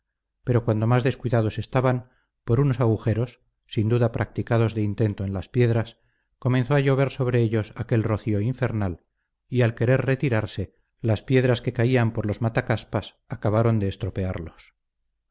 pero cuando más descuidados estaban por unos agujeros sin duda practicados de intento en las piedras comenzó a llover sobre ellos aquel rocío infernal y al querer retirarse las piedras que caían por los matacaspas acabaron de estropearlos